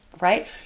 right